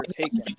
taken